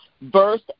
verse